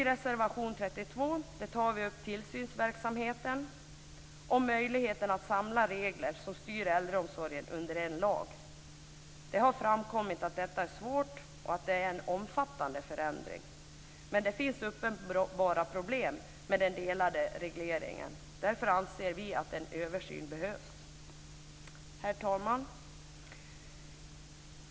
I reservation 32 tar vi upp tillsynsverksamheten och möjligheten att samla regler som styr äldreomsorgen under en lag. Det har framkommit att detta är svårt och att det är en omfattande förändring men det finns uppenbara problem med den delade regleringen. Därför anser vi att en översyn behövs. Herr talman!